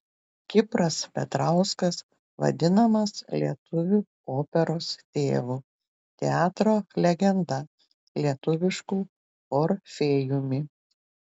kipras petrauskas vadinamas lietuvių operos tėvu teatro legenda lietuvišku orfėjumi